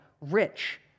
rich